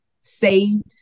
saved